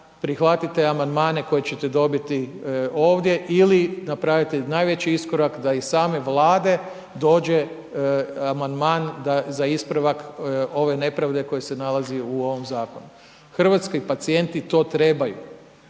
prihvatite amandmane koje će te dobiti ovdje ili napravite najveći iskorak da iz same Vlade dođe amandman za ispravak ove nepravde koji se nalazi u ovom Zakonu. Hrvatski pacijenti to trebaju,